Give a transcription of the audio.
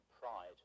pride